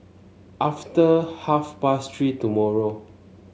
after half past Three tomorrow